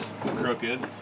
crooked